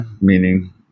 meaning